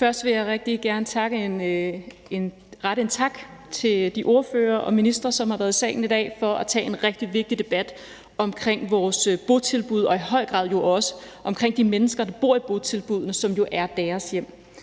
Først vil jeg rigtig gerne rette en tak til de ordførere og ministre, som har været i salen i dag for at tage en rigtig vigtig debat omkring vores botilbud og i høj grad også omkring de mennesker, der bor i tilbuddene, som jo er deres hjem.